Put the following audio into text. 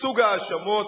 סוג האשמות